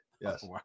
yes